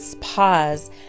pause